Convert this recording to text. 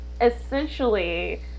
essentially